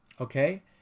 okay